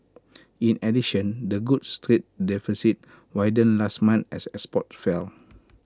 in addition the goods trade deficit widened last month as exports fell